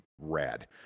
rad